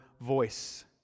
voice